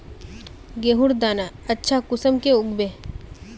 गेहूँर दाना अच्छा कुंसम के उगबे?